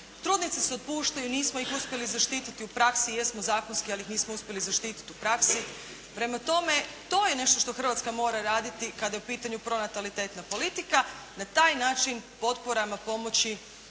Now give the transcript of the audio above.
Trudnice se otpuštaju. Nismo ih uspjeli zaštititi. U praksi jesmo zakonski, ali ih nismo uspjeli zaštiti u praksi. Prema tome, to je nešto što Hrvatska mora raditi kada je u pitanju pronatalitetna politika. Na taj način potporama pomoći,